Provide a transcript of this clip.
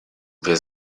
wer